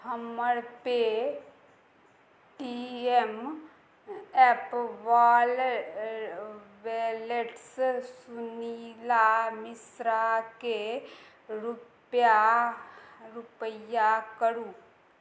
हमर Paytm app wallet वॉलेटसँ सुनीला मिश्राकेँ रुपैआ रुपैआ करू